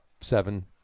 seven